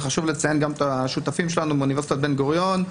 וחשוב לציין גם את השותפים שלנו מאוניברסיטת בן גוריון,